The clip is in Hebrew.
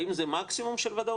האם זה מקסימום של ודאות?